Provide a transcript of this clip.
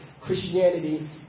Christianity